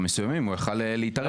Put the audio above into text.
במסוימים, הוא יכול היה להתערב.